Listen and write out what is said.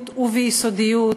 בשיטתיות וביסודיות,